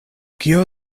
kio